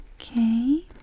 Okay